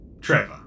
Trevor